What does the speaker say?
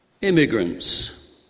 immigrants